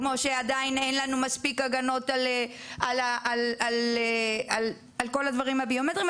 כמו שעדיין אין לנו מספיק הגנות על כל הדברים הביומטריים.